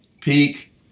peak